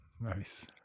Nice